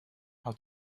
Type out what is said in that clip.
how